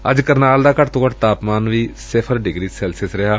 ਅੱਜ ਕਰਨਾਲ ਦਾ ਘੱਟ ਤੋਂ ਘੱਟ ਤਾਪਮਾਨ ਸਿਫ਼ਰ ਡਿਗਰੀ ਸੈਲਸੀਅਸ ਰਿਹਾ